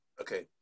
Okay